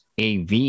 av